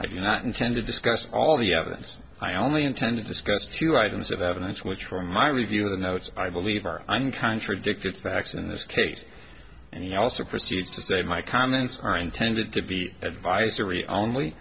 i do not intend to discuss all the evidence i only intended discuss two items of evidence which from my review of the notes i believe are i'm contradicted facts in this case and he also proceeds to say my comments are intended to be advisory only